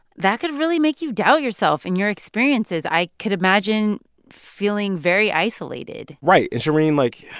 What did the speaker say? that could really make you doubt yourself and your experiences. i could imagine feeling very isolated right. and, shereen, like,